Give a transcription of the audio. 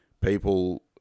people